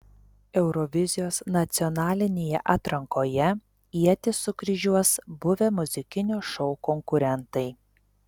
eurovizijos nacionalinėje atrankoje ietis sukryžiuos buvę muzikinio šou konkurentai